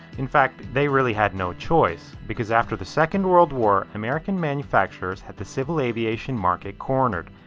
in fact they really had no choice. because after the second world war, american manufacturers had the civil aviation market cornered.